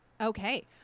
Okay